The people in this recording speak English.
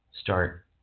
start –